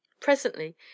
Presently